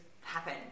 happen